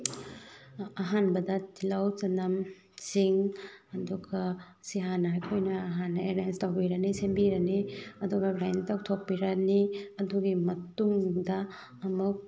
ꯑꯍꯥꯟꯕꯗ ꯇꯤꯜꯍꯧ ꯆꯅꯝ ꯁꯤꯡ ꯑꯗꯨꯒ ꯁꯤ ꯍꯥꯟꯅ ꯑꯩꯈꯣꯏꯅ ꯍꯥꯟꯅ ꯑꯦꯔꯦꯟꯖ ꯇꯧꯕꯤꯔꯅꯤ ꯁꯦꯝꯕꯤꯔꯅꯤ ꯑꯗꯨꯒ ꯒ꯭ꯔꯥꯏꯟ ꯇꯧꯊꯣꯛꯄꯤꯔꯅꯤ ꯑꯗꯨꯒꯤ ꯃꯇꯨꯡꯗ ꯑꯃꯨꯛ